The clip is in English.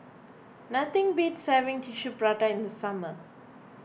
nothing beats having Tissue Prata in the summer